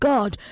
God